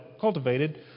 cultivated